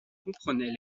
comprenait